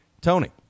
Tony